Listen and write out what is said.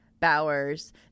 Bowers